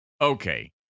Okay